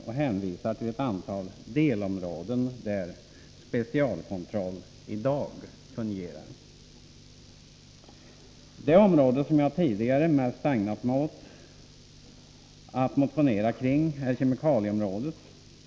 Man hänvisar till ett antal delområden där specialkontroll i dag fungerar. Det område som jag tidigare mest ägnat mig åt att motionera kring är kemikalieområdet.